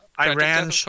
Iran